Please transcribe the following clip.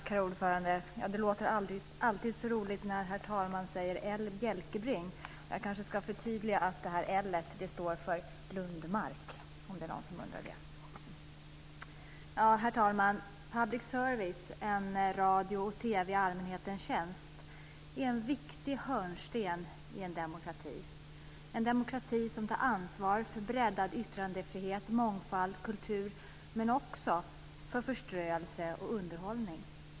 Herr talman! Det låter alltid så roligt när herr talman säger L Bjälkebring. Jag kanske ska förtydliga att L står för Lundmark, om det är någon som undrar över det. Herr talman! Public service, en radio och TV i allmänhetens tjänst, är en viktig hörnsten i en demokrati, en demokrati som tar ansvar för breddad yttrandefrihet, mångfald, kultur men också för förströelse och underhållning.